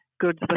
goods